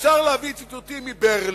אפשר להביא ציטוטים מברל,